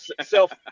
self